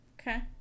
okay